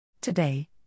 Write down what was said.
Today